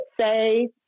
say